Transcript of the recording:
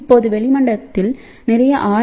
இப்போதுவளிமண்டலத்தில் நிறைய ஆர்